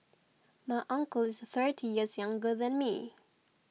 my uncle is thirty years younger than me